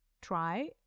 try